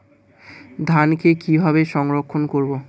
ধানকে কিভাবে সংরক্ষণ করব?